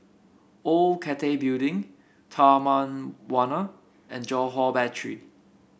Old Cathay Building Taman Warna and Johore Battery